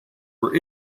were